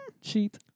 cheat